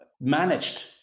managed